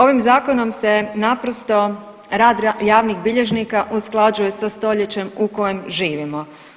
Ovim zakonom se naprosto rad javnih bilježnika usklađuje sa stoljećem u kojem živimo.